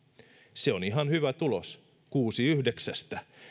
se on ihan hyvä tulos kuusi yhdeksästä